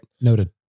noted